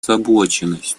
озабоченность